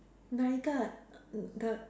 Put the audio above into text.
哪一个 the